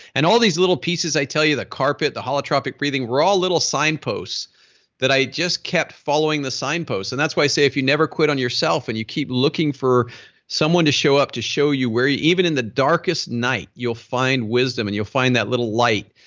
and all these little pieces i tell you, the carpet, the holotropic breathing, were all little signposts that i just kept following the signposts and that's why i say if you never quit on yourself and you keep looking for someone to show up to show you where, even in the darkest night you'll find wisdom and you'll find that little light.